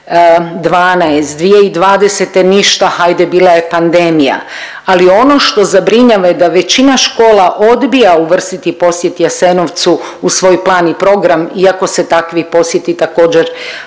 12, 2020. ništa hajde bila je pandemija, ali ono što zabrinjava je da većina škola odbija uvrstiti posjet Jasenovcu u svoj plan i program iako se takvi posjeti također